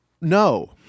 No